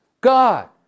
God